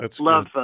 love